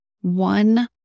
one